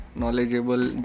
knowledgeable